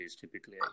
typically